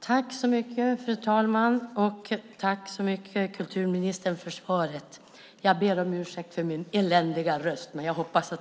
Fru talman! Tack för svaret, kulturministern!